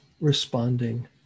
responding